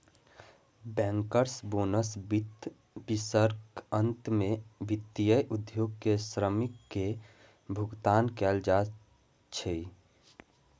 bankers bonus वित्त वर्षक अंत मे वित्तीय उद्योग के श्रमिक कें भुगतान कैल जाइ छै